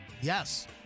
Yes